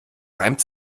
reimt